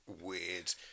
weird